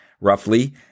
roughly